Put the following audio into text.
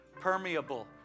permeable